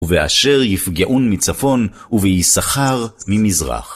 ובאשר יפגעון מצפון, ובישככר ממזרח.